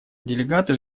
делегаты